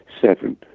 seven